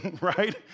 right